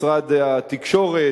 משרד התקשורת,